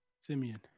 Simeon